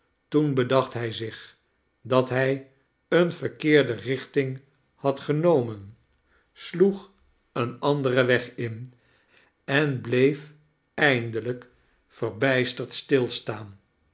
toen bedacht hij zich dat hij eene verkeerde richting had genomen sloeg een anderen weg in en bleef eindelijk verbijsterd stilstaan